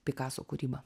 pikaso kūrybą